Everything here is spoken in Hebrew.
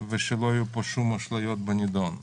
ושלא יהיו פה שום אשליות בנדון.